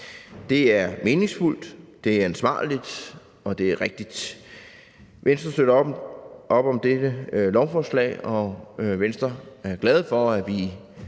Det er meningsfuldt, det er ansvarligt, og det er rigtigt. Venstre støtter op om dette lovforslag, og Venstre er glad for, at vi